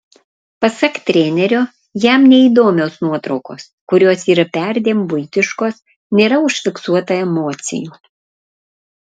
pasak trenerio jam neįdomios nuotraukos kurios yra perdėm buitiškos nėra užfiksuota emocijų